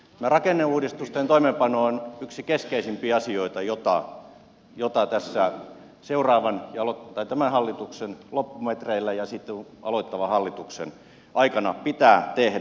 rakenneuudistusten toimeenpano on yksi keskeisimpiä asioita jotka on jo päätös ja seuraavan joita tässä tämän hallituksen loppumetreillä ja sitten aloittavan hallituksen aikana pitää tehdä